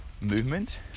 movement